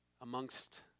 amongst